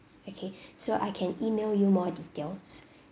okay so I can email you more details